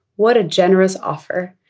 what a generous offer.